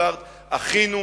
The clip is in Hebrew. אחינו,